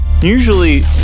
usually